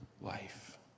life